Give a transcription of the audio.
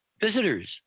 visitors